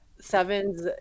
seven's